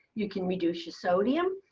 you can reduce your sodium,